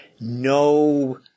no